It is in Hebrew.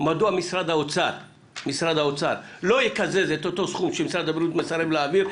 מדוע משרד האוצר לא יקזז את אותו סכום שמשרד הבריאות מסרב להעביר?